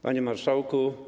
Panie Marszałku!